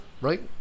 Right